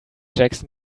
jackson